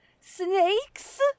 Snakes